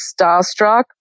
starstruck